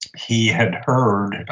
he had heard,